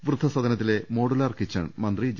വൃദ്ധസദനത്തിലെ modular kitchen മന്ത്രി J